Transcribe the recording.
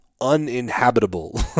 uninhabitable